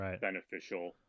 beneficial